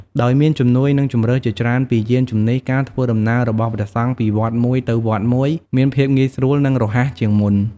ដោយមានជំនួយ និងជម្រើសជាច្រើនពីយានជំនិះ ការធ្វើដំណើររបស់ព្រះសង្ឃពីវត្តមួយទៅវត្តមួយ មានភាពងាយស្រួល និងរហ័សជាងមុន។